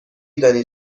دانید